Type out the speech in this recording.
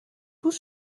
tous